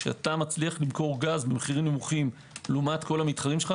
כשאתה מצליח למכור גז במחירים נמוכים לעומת כל המתחרים שלך,